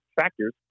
factors